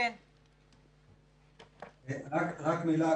רק מילה.